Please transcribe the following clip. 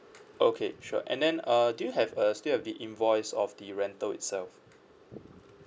okay sure and then uh do you have uh still have the invoice of the rental itself